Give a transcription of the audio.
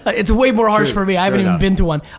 it's way more harsh for me, i haven't even been to one.